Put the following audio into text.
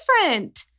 different